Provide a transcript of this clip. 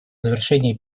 завершение